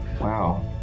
Wow